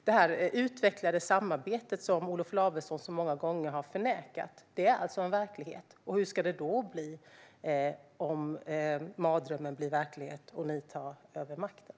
Det utvecklade samarbete som Olof Lavesson så många gånger har förnekat är alltså verklighet. Hur ska det då bli om mardrömmen blir verklighet och ni tar över makten?